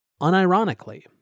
Unironically